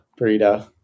burrito